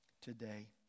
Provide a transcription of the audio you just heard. today